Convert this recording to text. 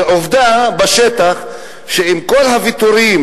ועובדה בשטח שעם כל הוויתורים,